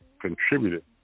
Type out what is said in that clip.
contributed